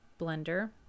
blender